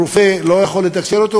רופא לא יכול לתקשר אתו,